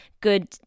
good